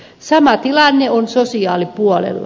sama tilanne on sosiaalipuolella